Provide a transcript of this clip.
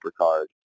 Supercard